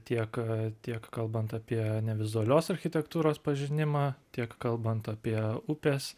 tiek tiek kalbant apie nevizualios architektūros pažinimą tiek kalbant apie upės